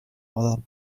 all